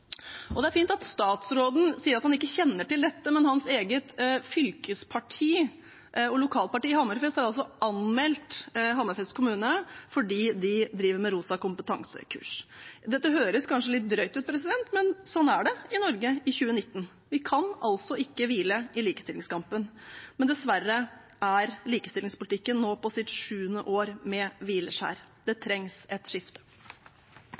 regjering. Det er fint at statsråden sier at han ikke kjenner til dette, men hans eget fylkesparti og lokalpartiet i Hammerfest har altså anmeldt Hammerfest kommune fordi de driver med Rosa kompetanse-kurs. Dette høres kanskje litt drøyt ut, men sånn er det i Norge i 2019. Vi kan altså ikke hvile i likestillingskampen. Men dessverre er likestillingspolitikken nå i sitt sjuende år med hvileskjær. Det trengs et skifte.